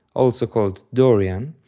also called dorian,